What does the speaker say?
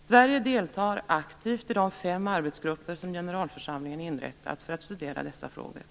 Sverige deltar aktivt i de fem arbetsgrupper som generalförsamlingen har inrättat för att studera dessa frågor.